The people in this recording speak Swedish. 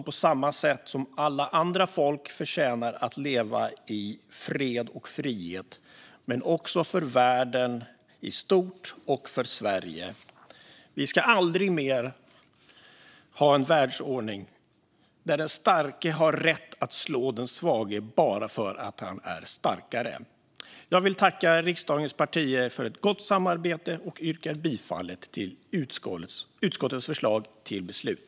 På samma sätt som alla andra folk förtjänar de att leva i fred och frihet. Men det handlar också om världen i stort och om Sverige. Vi ska aldrig mer ha en världsordning där den starke har rätt att slå den svage bara för att han är starkare. Jag vill tacka riksdagens partier för ett gott samarbete och yrkar bifall till utskottets förslag till beslut.